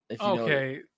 okay